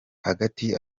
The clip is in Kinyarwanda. hagati